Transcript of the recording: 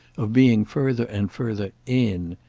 of being further and further in,